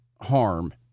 harm